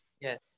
Yes